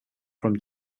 from